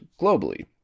globally